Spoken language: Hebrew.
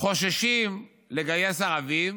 שחוששים לגייס ערבים